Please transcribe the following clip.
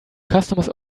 customers